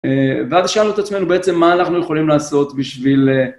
ואז שאלנו את עצמנו בעצם מה אנחנו יכולים לעשות בשביל...